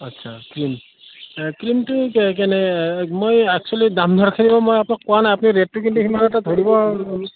আচ্ছা ক্ৰীম ক্ৰীমটো কেনে মই এক্সুৱেলি দাম মই আপোনাক কোৱা নাই আপুনি ৰেটটো কিন্তু সিমান এটা ধৰিব